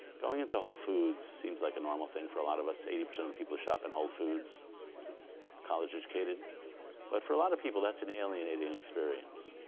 going into whole foods seems like a normal thing for a lot of us eighty percent of people shop at and whole foods college-educated but for a lot of people that's an alienating experience